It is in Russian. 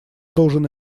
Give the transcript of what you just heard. должен